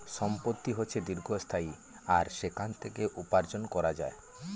সম্পত্তি হচ্ছে দীর্ঘস্থায়ী আর সেখান থেকে উপার্জন করা যায়